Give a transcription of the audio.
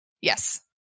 Yes